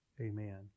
amen